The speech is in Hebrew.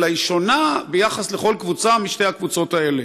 אלא היא שונה ביחס לכל קבוצה משתי הקבוצות האלה.